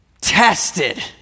tested